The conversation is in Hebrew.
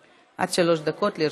עד שלוש דקות לרשותך.